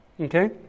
okay